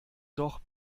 doch